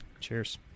Cheers